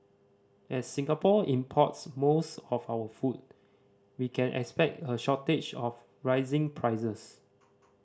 as Singapore import's most of our food we can expect a shortage of rising prices